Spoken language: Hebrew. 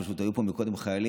פשוט היו פה קודם חיילים,